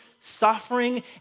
suffering